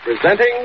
Presenting